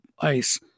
ice